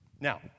Now